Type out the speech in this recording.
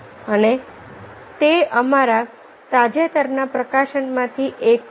અને તે અમારા તાજેતરના પ્રકાશનમાંથી એક છે